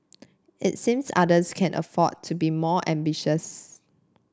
it seems others can afford to be more ambitious